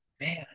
man